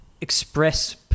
express